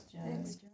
Thanks